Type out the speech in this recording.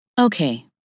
Okay